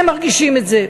הם מרגישים את זה.